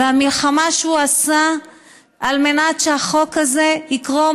המלחמה שהוא עשה על מנת שהחוק הזה יקרום